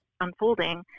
unfolding